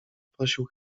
prosił